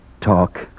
Talk